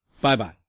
bye-bye